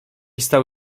stał